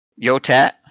Yotat